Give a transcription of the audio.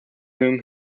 whom